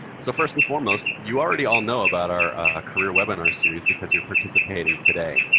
so first and foremost, you already all know about our ah career webinar series because you're participating today.